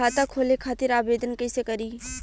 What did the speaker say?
खाता खोले खातिर आवेदन कइसे करी?